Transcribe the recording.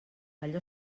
allò